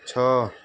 ଛଅ